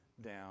down